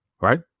Right